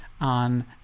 on